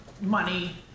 money